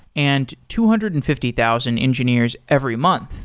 and two hundred and fifty thousand engineers every month.